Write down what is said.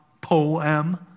poem